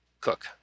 cook